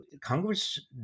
Congress